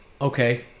okay